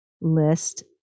list